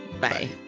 Bye